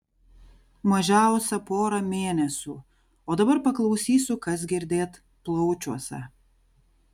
mažiausia porą mėnesių o dabar paklausysiu kas girdėt plaučiuose